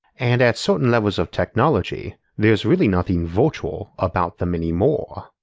and at certain levels of technology there's really nothing virtual about them anymore.